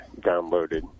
downloaded